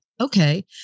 okay